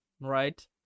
Right